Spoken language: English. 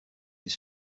his